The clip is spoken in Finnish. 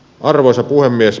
arvoisa puhemies